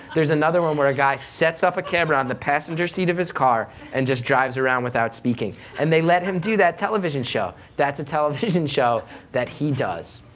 there's another one where a guy sets up a camera on the passenger seat of his car, and just drives around without speaking, and they let him do that television show. that's a television show that he does.